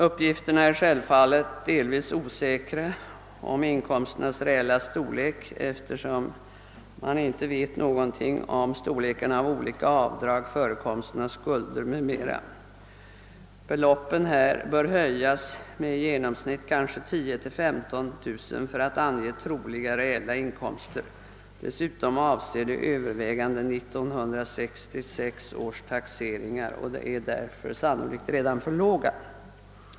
Uppgifterna om inkomsternas reella storlek är självfallet delvis osäkra, eftersom man inte vet någonting om storleken av olika avdrag, förekomsten av skulder m.m. De angivna beloppen bör höjas med i genomsnitt 10 000 å 15 000 kronor för att ange troliga reella inkomster. Dessutom avser de övervägande 1966 års taxeringar och är därför sannolikt redan för låga.